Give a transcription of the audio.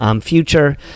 future